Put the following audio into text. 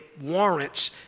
warrants